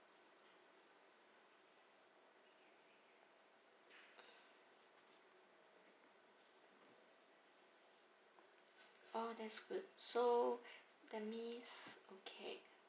orh that's good so that means okay